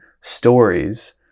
stories